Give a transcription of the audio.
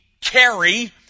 carry